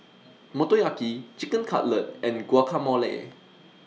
Motoyaki Chicken Cutlet and Guacamole